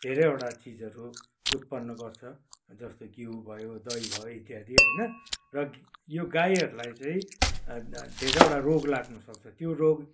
धेरैवटा चिजहरू उत्पन्न गर्छ जस्तो घिउ भयो दही भयो इत्यादि होइन र यो गाईहरूलाई चाहिँ धेरैवटा रोग लाग्नुसक्छ त्यो रोग